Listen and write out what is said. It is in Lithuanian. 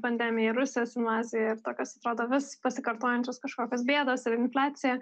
pandemiją rusijos invaziją ir tokios atrodo vis pasikartojančios kažkokios bėdos ir infliacija